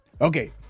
Okay